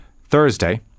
Thursday